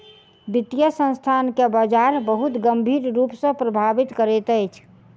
वित्तीय संस्थान के बजार बहुत गंभीर रूप सॅ प्रभावित करैत अछि